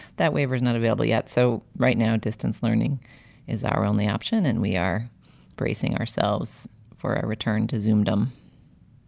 that waiver is not available yet. so right now, distance learning is our only option and we are bracing ourselves for a return to some dumb